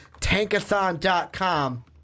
tankathon.com